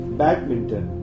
badminton